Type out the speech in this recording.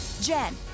Jen